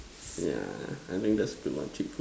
ya I think that's a good one ya cheap food